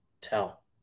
tell